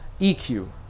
EQ